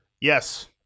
yes